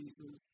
Jesus